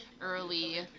early